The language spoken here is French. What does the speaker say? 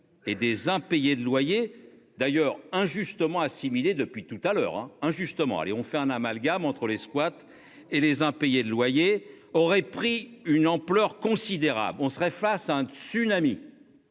et des impayés de loyers d'ailleurs injustement assimilés depuis tout à l'heure injustement allez on fait un amalgame entre les squats et les impayés de loyers aurait pris une ampleur considérable. On serait face à un tsunami.